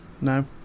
No